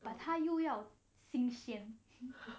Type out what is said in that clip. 把他又要新鲜